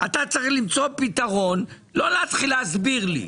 אתה צריך למצוא פתרון לא להסביר לי,